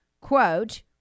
Quote